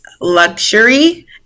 luxury